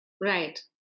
right